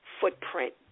footprint